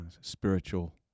spiritual